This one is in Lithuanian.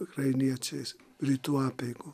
ukrainiečiais rytų apeigų